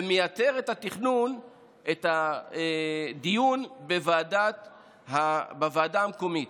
ומייתר את הדיון בוועדה המקומית.